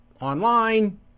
online